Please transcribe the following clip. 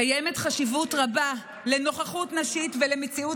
קיימת חשיבות רבה לנוכחות נשית ולמציאות